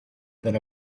than